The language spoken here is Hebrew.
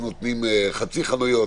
אז נותנים חצי חנויות,